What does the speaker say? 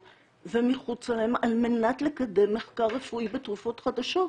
ומחוץ להן על מנת לקדם מחקר רפואי בתרופות חדשות.